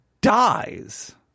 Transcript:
dies